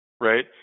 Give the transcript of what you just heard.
right